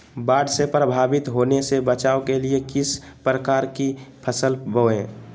बाढ़ से प्रभावित होने से बचाव के लिए किस प्रकार की फसल बोए?